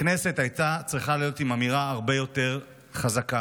הכנסת הייתה צריכה להיות עם אמירה הרבה יותר חזקה.